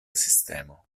sistemo